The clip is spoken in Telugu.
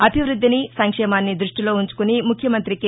అభివృద్దిని సంక్షేమాన్ని దృష్టిలో ఉంచుకొని ముఖ్యమంత్రి కె